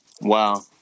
Wow